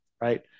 right